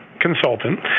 consultant